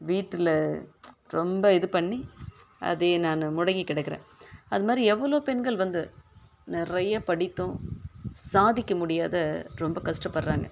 வீட்டில் ரொம்ப இது பண்ணி அதையே நானும் முடங்கி கிடக்குறேன் அதுமாதிரி எவ்வளோ பெண்கள் வந்து நிறைய படித்தும் சாதிக்க முடியாம ரொம்ப கஷ்டப்படுறாங்க